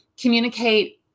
communicate